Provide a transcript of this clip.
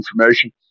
information